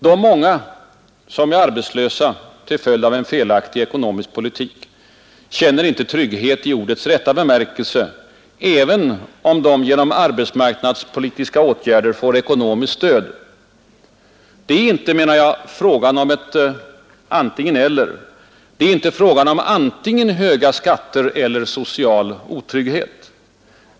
De många som är arbetslösa till följd av en felaktig ekonomisk politik känner inte trygghet i ordets rätta bemärkelse, även om de genom arbetsmarknadspolitiska åtgärder får ekonomiskt stöd. Det är enligt min uppfattning icke frågan om ett antingen—eller. Det är inte frågan om antingen höga skatter eller social otrygghet.